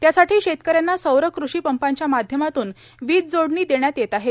यासाठी शेतक यांना सौर कृषी पंपांच्या माध्यमातून वीज जोडणी देण्यात येत आहे